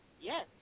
Yes